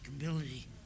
ability